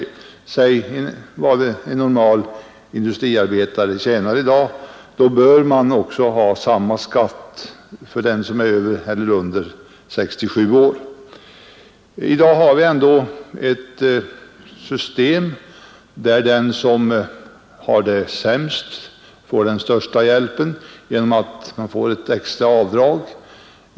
En person med exempelvis en normal industriarbetarlön bör ha samma skatt oavsett om han är över eller under 67 år. I dag har vi ändå ett system, där den som har det sämst får den största hjälpen genom ett extra avdrag.